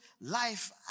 life